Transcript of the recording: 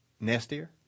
nastier